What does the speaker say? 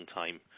time